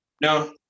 No